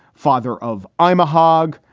father of i'm a hog.